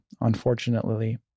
unfortunately